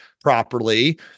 properly